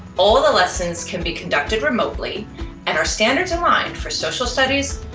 all the lessons can be conducted remotely and are standards align for social studies,